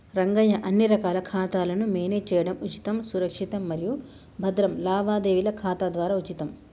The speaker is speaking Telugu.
రంగయ్య అన్ని రకాల ఖాతాలను మేనేజ్ చేయడం ఉచితం సురక్షితం మరియు భద్రం లావాదేవీల ఖాతా ద్వారా ఉచితం